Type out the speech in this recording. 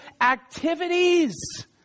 activities